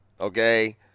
okay